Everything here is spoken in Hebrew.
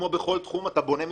כמו בכל תחום, אתה בונה מצוינות,